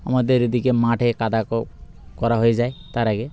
আমাদের এদিকে মাঠে কাদা করা হয়ে যায় তার আগে